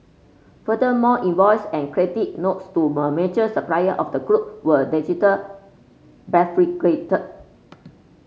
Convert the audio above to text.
furthermore invoice and credit notes to a major supplier of the group were digital